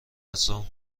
عصام